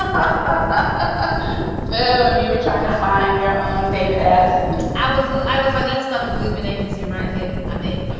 ah ah and you you were trying to find your own david addison. i was i was like, let's start a bloomin agency right here. i mean,